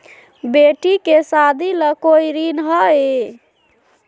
बेटी के सादी ला कोई ऋण हई?